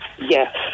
Yes